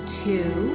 two